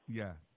yes